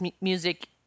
music